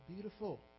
beautiful